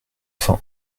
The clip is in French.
faim